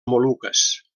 moluques